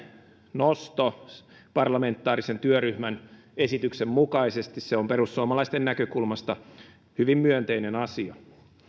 nosto parlamentaarisen työryhmän esityksen mukaisesti se on perussuomalaisten näkökulmasta hyvin myönteinen asia